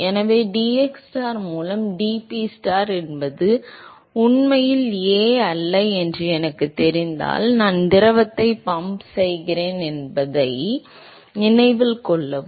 எனவே dxstar மூலம் dPstar என்பது உண்மையில் a அல்ல என்று எனக்குத் தெரிந்தால் நான் திரவத்தை பம்ப் செய்கிறேன் என்பதை நினைவில் கொள்ளவும்